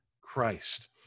Christ